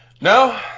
No